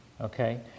Okay